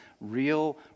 real